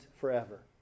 forever